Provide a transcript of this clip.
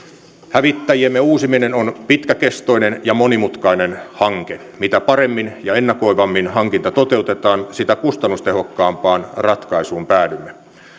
hävittäjiemme uusiminen on pitkäkestoinen ja monimutkainen hanke mitä paremmin ja ennakoivammin hankinta toteutetaan sitä kustannustehokkaampaan ratkaisuun päädymme